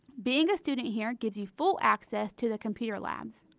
being a student here gives you full access to the computer labs.